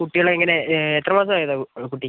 കുട്ടികളെങ്ങനെ എത്ര മാസായതാണ് കുട്ടി